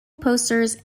posters